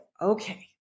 okay